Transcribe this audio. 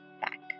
back